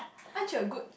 aren't you a good